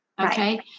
Okay